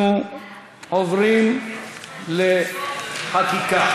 אנחנו עוברים לחקיקה.